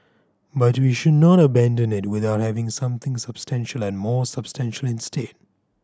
but we should not abandon it without having something substantial and more substantial instead